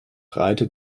breite